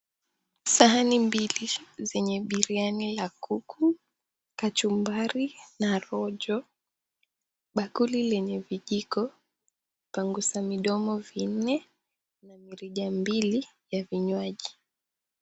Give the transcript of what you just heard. Sahani mbili zenye biriani la kuku, kachumbari na rojo, bakuli lenye vijiko, pangusa midomo vinne na mirija mbili ya vinywaji.